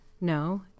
no